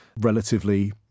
relatively